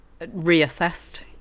reassessed